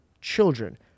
children